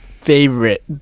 favorite